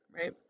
right